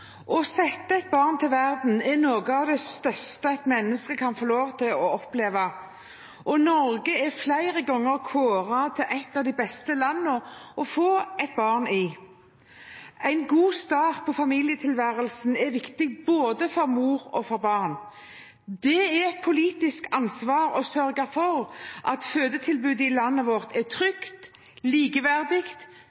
noe av det største et menneske kan få lov til å oppleve, og Norge er flere ganger kåret til et av de beste landene å få et barn i. En god start på familietilværelsen er viktig både for mor og for barn. Det er et politisk ansvar å sørge for at fødetilbudet i landet vårt er